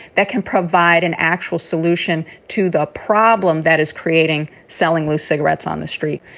that can provide an actual solution to the problem that is creating selling loose cigarettes on the street?